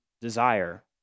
desire